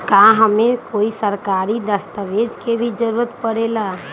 का हमे कोई सरकारी दस्तावेज के भी जरूरत परे ला?